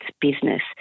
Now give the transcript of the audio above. business